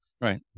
Right